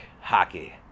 hockey